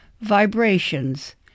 Vibrations